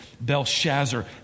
Belshazzar